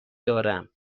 دارم